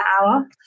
hour